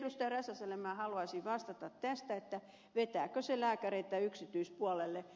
räsäselle minä haluaisin vastata siihen vetääkö tämä lääkäreitä yksityispuolelle